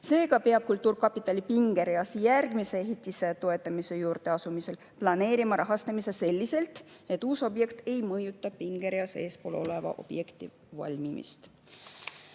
Seega peab kultuurkapitali pingereas järgmise ehitise toetamise juurde asumisel planeerima rahastamist selliselt, et uus objekt ei mõjutaks pingereas eespool oleva objekti valmimist.